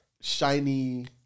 shiny